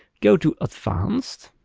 go to advanced,